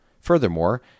Furthermore